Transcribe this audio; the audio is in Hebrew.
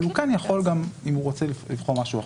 אבל הוא כן יכול, אם הוא רוצה, לבחור משהו אחר.